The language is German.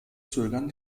zögern